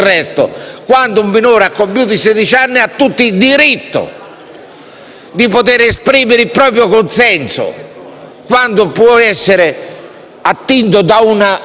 di poter esprimere il proprio consenso quando può essere attinto da un tipo di intervento che incide sulla qualità della sua vita successiva.